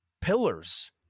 pillars